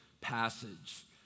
passage